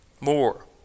more